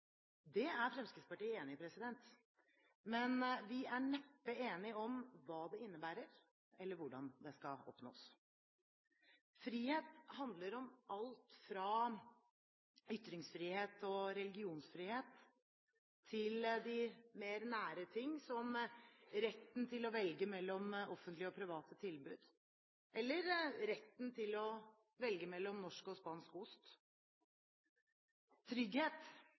Det er Fremskrittspartiet enig i, men vi er neppe enige om hva det innebærer, eller hvordan det skal oppnås. Frihet handler om alt fra ytringsfrihet og religionsfrihet til de mer nære ting, som retten til å velge mellom offentlige og private tilbud, eller retten til å velge mellom norsk og spansk ost. Trygghet